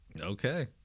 Okay